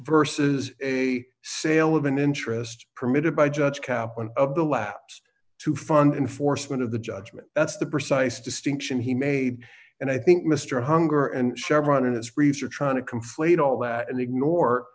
versus a sale of an interest permitted by judge kaplan of the labs to fund enforcement of the judgment that's the precise distinction he made and i think mr hunger and chevron in his reeves are trying to conflate all that and ignore